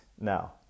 Now